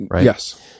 Yes